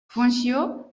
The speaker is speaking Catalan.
funció